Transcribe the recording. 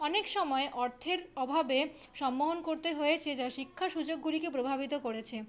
অনেক সময় অর্থের অভাবে সম্মোহন করতে হয়েছে যা শিক্ষার সুযোগগুলিকে প্রভাবিত করেছে